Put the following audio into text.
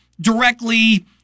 directly